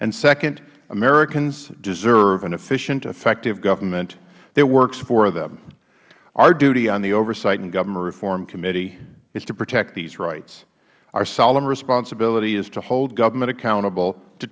and second americans deserve an efficient effective government that works for them our duty on the oversight and government reform committee is to protect these rights our solemn responsibility is to hold government accountable to